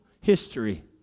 history